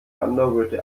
wanderröte